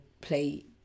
play